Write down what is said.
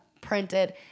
printed